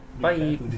Bye